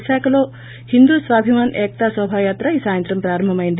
విశాఖలో హిందూ స్వాభిమాన్ ఏకతా శోభా యాత్ర ఈ సాయంత్రం వ్రారంభమైంది